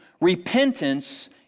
Repentance